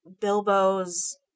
Bilbo's